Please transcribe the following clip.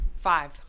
Five